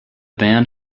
band